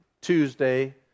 Tuesday